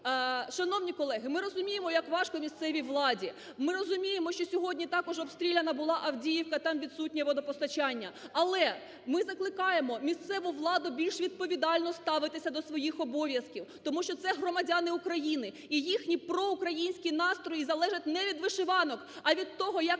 Шановні колеги, ми розуміємо, як важко місцевій владі, ми розуміємо, що сьогодні також була обстріляна Авдіївка, там відсутнє водопостачання. Але ми закликаємо місцеву владу більш відповідально ставитися до своїх обов'язків, тому що це громадяни України, і їхні проукраїнські настрої залежать не від вишиванок, а від того, як місцева